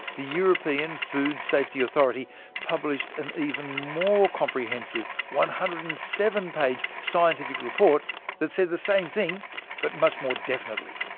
the european food safety authority published an even more comprehensive one hundred and seven page scientific report that said the same thing but much more definitely.